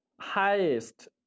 highest